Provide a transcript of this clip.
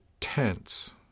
tense